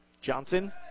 Johnson